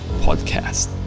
Podcast